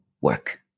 work